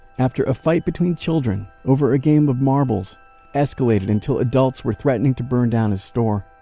after a fight between children over a game of marbles escalated until adults were threatening to burn down his store.